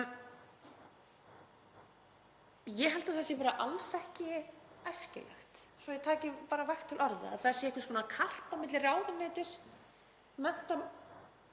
Ég held að það sé bara alls ekki æskilegt, svo ég taki vægt til orða, að það sé einhvers konar karp á milli ráðuneytis menntamála